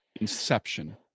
inception